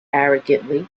arrogantly